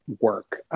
work